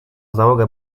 załoga